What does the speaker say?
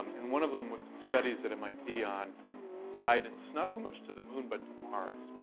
and one of them was studies at mit on guidance, not so much to the moon, but to mars,